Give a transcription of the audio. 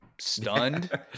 stunned